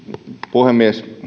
puhemies